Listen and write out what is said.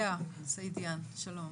לאה סעידיאן שלום,